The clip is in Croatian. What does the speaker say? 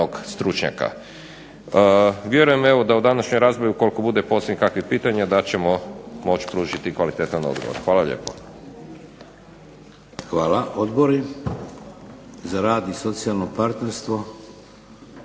Hvala. Odbori za rad i socijalno partnerstvo,